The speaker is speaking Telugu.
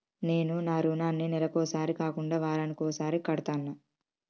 నేను నా రుణాన్ని నెలకొకసారి కాకుండా వారానికోసారి కడ్తన్నా